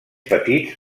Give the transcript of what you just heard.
petits